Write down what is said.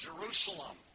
Jerusalem